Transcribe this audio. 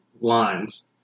lines